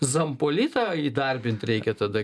zampolitą įdarbint reikia tada